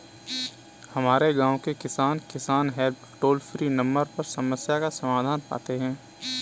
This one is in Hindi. हमारे गांव के किसान, किसान हेल्प टोल फ्री नंबर पर समस्या का समाधान पाते हैं